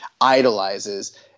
idolizes